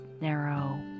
narrow